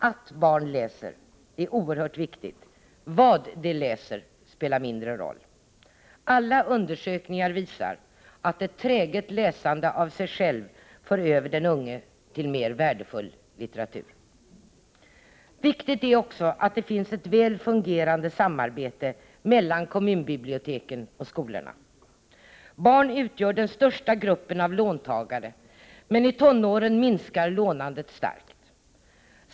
Att barn läser är oerhört viktigt, vad de läser spelar mindre roll. Alla undersökningar visar att ett träget läsande av sig självt för över den unge till mer värdefull litteratur. Viktigt är också att det finns ett väl fungerande samarbete mellan kommunbiblioteken och skolorna. Barn utgör den största gruppen av låntagare, men i tonåren minskar lånandet starkt.